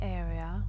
area